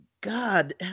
God